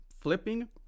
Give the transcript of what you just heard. flipping